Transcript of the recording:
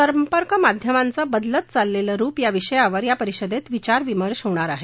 संपर्क माध्यमांचं बदलत चाललेलं रुप या विषयावर या परिषदेत विचार विमर्श होणार आहे